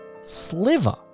sliver